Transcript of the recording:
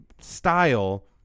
style